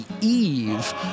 eve